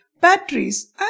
batteries